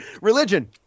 Religion